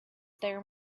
there